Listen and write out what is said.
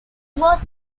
was